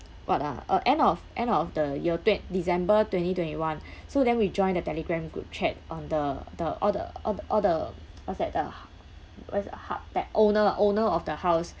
what ah uh end of end of the year twen~ december twenty twenty one so then we joined the telegram group chat on the the all the all the all the what's that uh what is ha~ like owner ah owner of the house